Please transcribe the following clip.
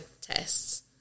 tests